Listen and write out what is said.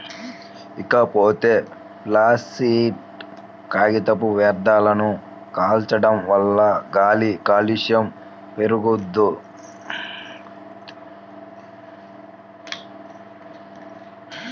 ఇకపోతే ప్లాసిట్ కాగితపు వ్యర్థాలను కాల్చడం వల్ల గాలి కాలుష్యం పెరుగుద్ది